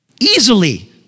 easily